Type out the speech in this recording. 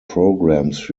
programs